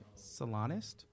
salonist